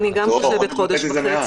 אני גם חושבת חודש וחצי,